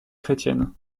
chrétienne